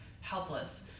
helpless